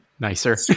Nicer